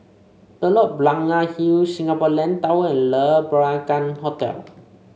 Telok Blangah Hill Singapore Land Tower and Le Peranakan Hotel